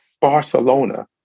Barcelona